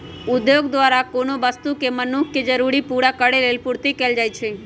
उद्योग द्वारा कोनो वस्तु के मनुख के जरूरी पूरा करेलेल पूर्ति कएल जाइछइ